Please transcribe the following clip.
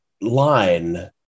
line